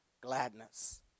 gladness